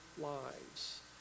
lives